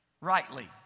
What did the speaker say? rightly